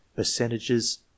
percentages